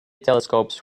telescopes